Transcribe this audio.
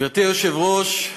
גברתי היושבת-ראש,